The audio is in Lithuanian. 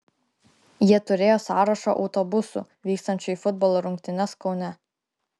jie turėjo sąrašą autobusų vykstančių į futbolo rungtynes kaune